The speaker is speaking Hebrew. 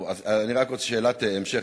אני רק רוצה שאלת המשך.